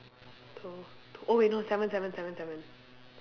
oh no seven seven seven seven